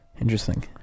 Interesting